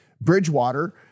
Bridgewater